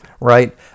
right